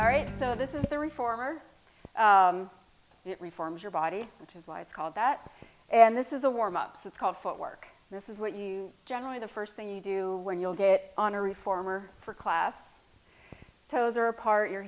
all right so this is the reformer reforms your body which is why it's called that and this is a warm up that's called foot work this is what you generally the first thing you do when you'll get on a reformer for class toes or a part your